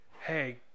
hey